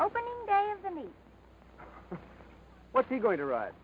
me what's he going to write